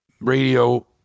radio